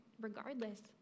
regardless